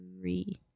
Three